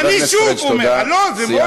אני שוב אומר, חבר הכנסת פריג' תודה.